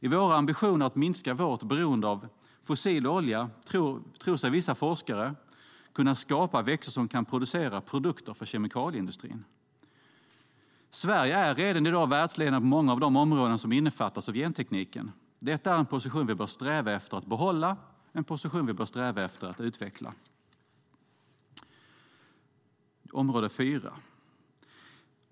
I våra ambitioner att minska vårt beroende av fossil olja tror sig vissa forskare kunna skapa växter som kan producera produkter för kemikalieindustrin. Sverige är redan i dag världsledande på många av de områden som innefattas av gentekniken. Detta är en position vi bör sträva efter att behålla och utveckla.